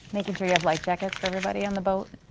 making sure you have life jackets for everybody on the boat,